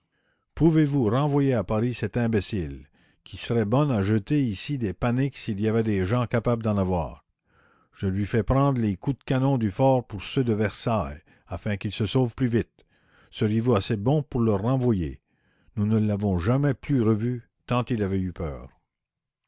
pouvez-vous renvoyer à paris cet imbécile qui serait bon à jeter ici des paniques s'il y avait des gens capables d'en avoir je lui fais prendre les coups de canon du fort pour ceux de versailles afin qu'il se sauve plus vite seriez-vous assez bon pour le renvoyer nous ne l'avons jamais plus revu tant il avait eu peur